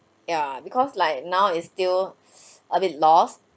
ya because like now is still a bit lost